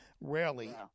rarely